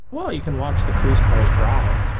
well, you can watch the cruise cars drive.